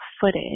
footage